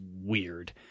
weird